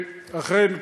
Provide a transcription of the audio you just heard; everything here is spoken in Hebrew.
שאכן,